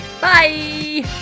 Bye